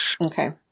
Okay